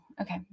Okay